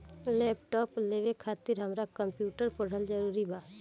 Laptop लेवे खातिर हमरा कम्प्युटर पढ़ल जरूरी बा?